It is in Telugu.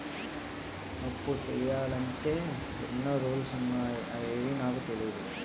అప్పు చెయ్యాలంటే ఎన్నో రూల్స్ ఉన్నాయా అవేవీ నాకు తెలీదే